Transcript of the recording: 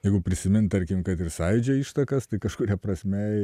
jeigu prisimint tarkim kad ir sąjūdžio ištakas tai kažkuria prasme